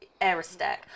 aerostack